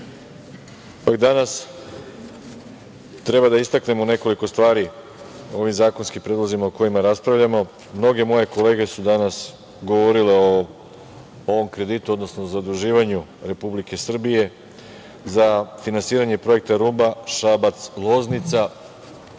treba da istaknemo nekoliko stvari o zakonskim predlozima o kojima raspravljamo. Mnoge moje kolege su danas govorile o ovom kreditu, odnosno zaduživanju Republike Srbije za finansiranje projekta Ruma – Šabac – Loznica.